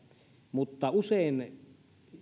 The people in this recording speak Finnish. mutta usein